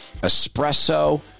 espresso